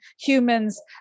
humans